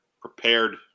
prepared